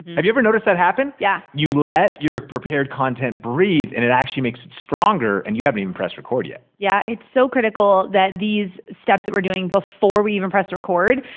have you ever noticed that happen? yeah. you let your prepared content breathe and it actually makes it stronger and you haven't even pressed record yet. yeah, it's so critical that these steps that we're doing before we even press record,